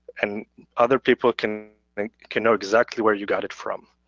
and other people can like can know exactly where you got it from.